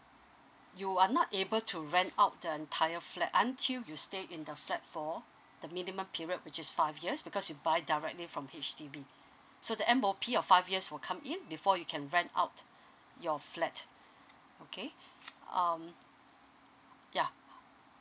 you are not able to rent out the entire flat until you stay in the flat for the minimum period which is five years because you buy directly from H_D_B so the m o p of five years for come it before you can rent out your flat okay um